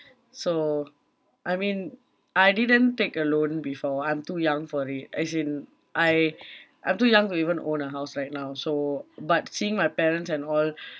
so I mean I didn't take a loan before I'm too young for it as in I I'm too young to even own a house right now so but seeing my parents and all